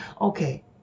okay